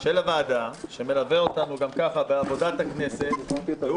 של הוועדה שמלווה אותנו גם ככה בעבודת הכנסת ראו